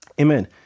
Amen